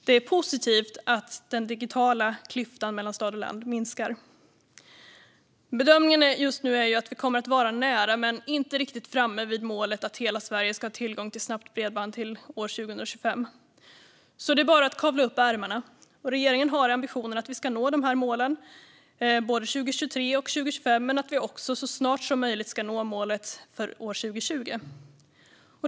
Det är positivt att den digitala klyftan mellan stad och land minskar. Bedömningen just nu är att vi kommer att vara nära men inte riktigt framme vid målet att hela Sverige ska ha tillgång till snabbt bredband till år 2025. Så det är bara att kavla upp ärmarna. Regeringen har ambitionen att vi ska nå målen, både 2023 och 2025 men att vi också så snart som möjligt ska nå målet för år 2020.